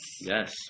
Yes